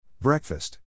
Breakfast